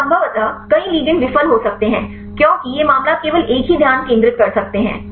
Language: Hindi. तो संभवतः कई लिगैंड विफल हो सकते हैं क्योंकि यह मामला आप केवल एक ही ध्यान केंद्रित कर सकते हैं